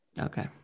Okay